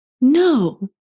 No